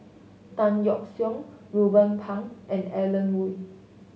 Tan Yeok Seong Ruben Pang and Alan Oei